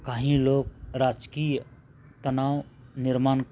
काही लोक राजकीय तणाव निर्माण